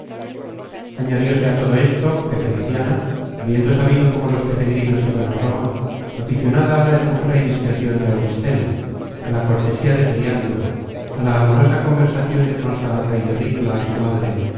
añadióse á todo esto que feliciana habiendo sabido cómo los peregrinos iban á roma aficionada a la hermosura y discrecion de auristela á la cortesía de periandro á la amorosa conversacion de constanza y de ricla su madre